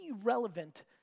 irrelevant